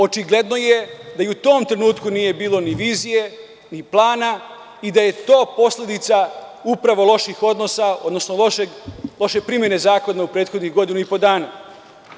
Očigledno je da i u tom trenutku nije bilo ni vizije ni plana i da je to posledica upravo loših odnosa, odnosno loše primene zakona u prethodnih godinu i po dana.